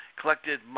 collected